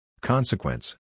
Consequence